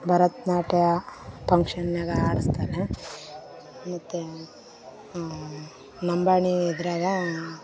ಭರತ್ ನಾಟ್ಯ ಫಂಕ್ಷನ್ನ್ಯಾಗ ಆಡಿಸ್ತಾರೆ ಮತ್ತು ಲಂಬಾಣಿ ಇದ್ರಾಗ